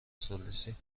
ثالثی